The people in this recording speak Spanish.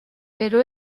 pero